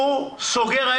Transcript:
הוא יסגור את